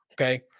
Okay